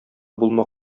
булма